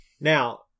Now